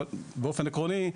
אבל באופן עקרוני,